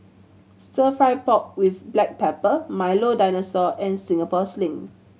Stir Fry pork with black pepper Milo Dinosaur and Singapore Sling